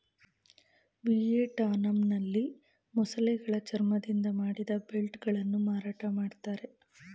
ವಿಯೆಟ್ನಾಂನಲ್ಲಿ ಮೊಸಳೆಗಳ ಚರ್ಮದಿಂದ ಮಾಡಿದ ಬೆಲ್ಟ್ ಗಳನ್ನು ಮಾರಾಟ ಮಾಡ್ತರೆ